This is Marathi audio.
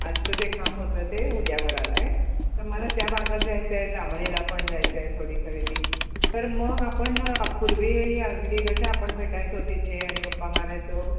आजचं जे काम होतं ते उद्यावर आलं आहे तर मला त्या भागात जायचंय जांभळीला पण जायचं आहे थोडी खरेदी तर मग आपण पूर्वी अगदी कशा आपण भेटायचो तिथे आणि गप्पा मारायचो